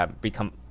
become